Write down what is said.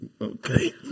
Okay